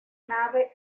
nave